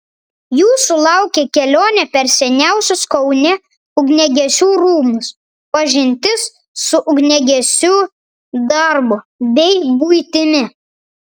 jūsų laukia kelionė per seniausius kaune ugniagesių rūmus pažintis su ugniagesiu darbu bei buitimi